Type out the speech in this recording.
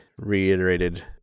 reiterated